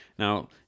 Now